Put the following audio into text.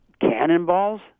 Cannonballs